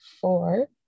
four